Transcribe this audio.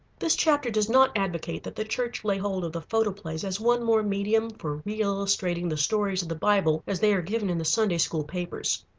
this chapter does not advocate that the church lay hold of the photoplays as one more medium for reillustrating the stories of the bible as they are given in the sunday-school papers.